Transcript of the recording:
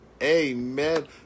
Amen